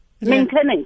Maintenance